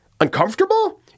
Uncomfortable